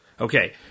Okay